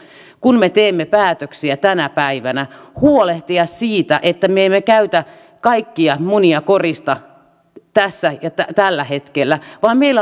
kun me teemme päätöksiä tänä päivänä huolehtia siitä että me emme käytä kaikkia munia korista tässä ja tällä hetkellä vaan meillä